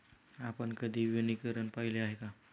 आपण कधी वनीकरण पाहिले आहे का?